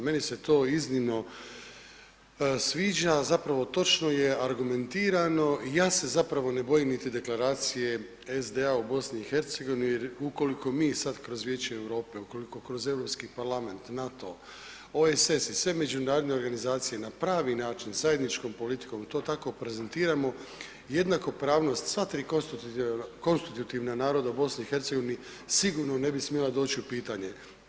Meni se to iznimno sviđa, zapravo točno je argumentirano i ja se zapravo ne bojim niti deklaracije SDA u BiH jer ukoliko mi sad kroz Vijeće Europe, ukoliko kroz Europski parlament, NATO, OESS i sve međunarodne organizacije na pravi način, zajedničkom politikom i to tako prezentiramo jednakopravnost sva tri konstitutivna naroda u BiH sigurno ne bi smjela doći u pitanje.